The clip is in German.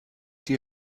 die